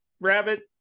Rabbit